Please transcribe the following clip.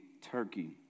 Turkey